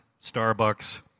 Starbucks